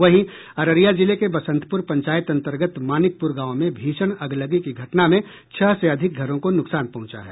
वहीं अररिया जिले के बसंतपुर पंचायत अंतर्गत मनिकपुर गांव में भीषण अगलगी की घटना में छह से अधिक घरों को नुकसान पहुंचा है